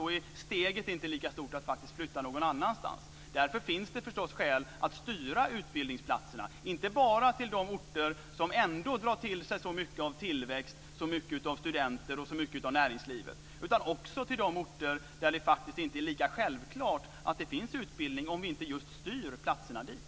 Om man inte behöver flytta någon annanstans är steget inte lika stort. Därför finns det förstås skäl att styra utbildningsplatserna inte bara till de orter som ändå drar till sig så mycket av tillväxt, så mycket av studenter och så mycket av näringslivet, utan också till de orter där det faktiskt inte är lika självklart att det finns utbildning om vi inte just styr platserna dit.